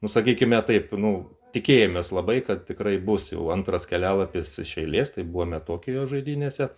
nu sakykime taip nu tikėjomės labai kad tikrai bus jau antras kelialapis iš eilės tai buvome tokijo žaidynėse